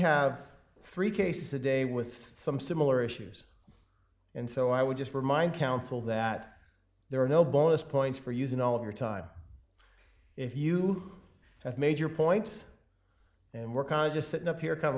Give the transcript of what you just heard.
have three case a day with some similar issues and so i would just remind counsel that there are no bonus points for using all of your time if you have major points and we're kind of just sitting up here